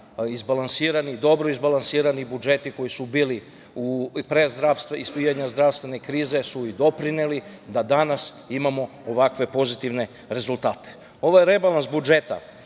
izbalansirani, dobro izbalansirani budžeti koji su bili pre zdravstvene krize, su i doprineli da danas imamo ovakve pozitivne rezultate. Ovaj rebalans budžeta